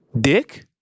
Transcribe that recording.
Dick